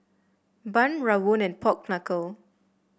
bun rawon and Pork Knuckle